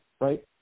right